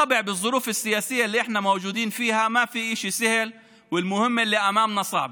ברור שבנסיבות הפוליטיות הקיימות אין הדבר קל והמשימה שלפנינו קשה,